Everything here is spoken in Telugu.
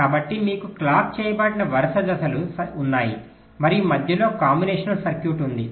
కాబట్టి మీకు క్లాక్ చేయబడిన వరుస దశలు ఉన్నాయి మరియు మధ్యలో కాంబినేషన్ సర్క్యూట్ ఉంది